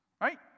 right